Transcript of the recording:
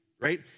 right